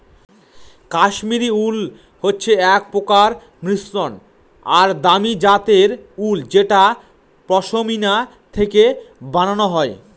কাশ্মিরী উল হচ্ছে এক প্রকার মসৃন আর দামি জাতের উল যেটা পশমিনা থেকে বানানো হয়